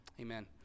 Amen